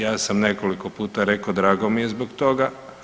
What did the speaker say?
Ja sam nekoliko puta rekao drago mi je zbog toga.